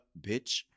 Bitch